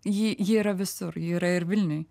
jį ji yra visur ji yra ir vilniuj